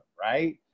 right